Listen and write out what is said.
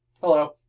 Hello